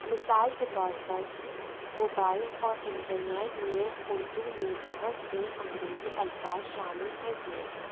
مثال کے طور پر موبائل اور انٹرنیٹ نے اردو میں بہت سے انگریزی الفاظ شامل کر دیے ہیں